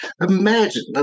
Imagine